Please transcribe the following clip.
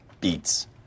beats